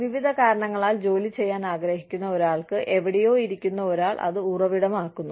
വിവിധ കാരണങ്ങളാൽ ജോലി ചെയ്യാൻ ആഗ്രഹിക്കുന്ന ഒരാൾക്ക് എവിടെയോ ഇരിക്കുന്ന ഒരാൾ അത് ഉറവിടമാക്കുന്നു